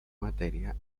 materia